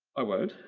i won't.